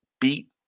beat